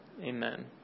Amen